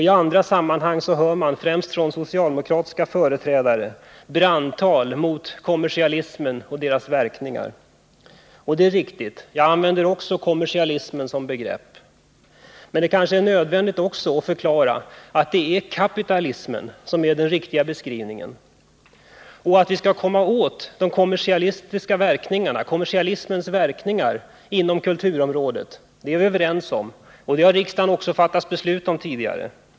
I andra sammanhang hör man, främst från socialdemokratiska företrädare, brandtal mot kommersialismen och dess verkningar. Och det är riktigt — jag använder också kommersialismen som begrepp. Men det kanske är nödvändigt att förklara att det är kapitalismen som är den riktiga beskrivningen. Och att vi skall komma åt kommersialismens verkningar inom kulturområdet, det är vi överens om och det har riksdagen fattat beslut om tidigare.